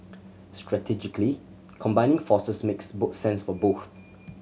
strategically combining forces makes both sense for both